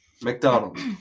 McDonald's